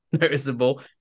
noticeable